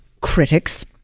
critics